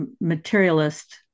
materialist